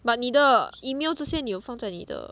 but 你的 email 这些你有放在你的